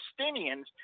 Palestinians